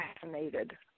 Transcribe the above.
fascinated